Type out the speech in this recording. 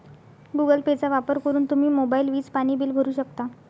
Google पेचा वापर करून तुम्ही मोबाईल, वीज, पाणी बिल भरू शकता